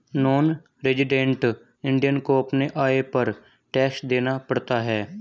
non resident Indian को अपने आय पर टैक्स देना पड़ता है